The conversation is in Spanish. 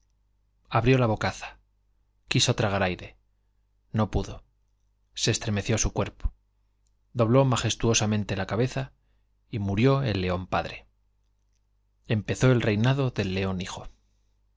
abrió la bocaza quiso la estremeció su cuerpo dobló majestuo'samente cabeza y murió el león padre empezó el reinado del león hijo